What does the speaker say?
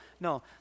no